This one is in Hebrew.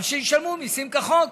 אבל ישלמו מיסים כחוק.